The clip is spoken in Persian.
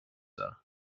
دارم